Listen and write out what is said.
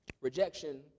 Rejection